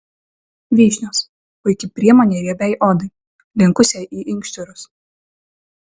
vyšnios puiki priemonė riebiai odai linkusiai į inkštirus